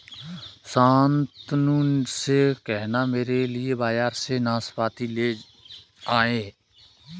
शांतनु से कहना मेरे लिए बाजार से नाशपाती ले आए